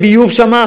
אין ביוב שם,